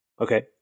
Okay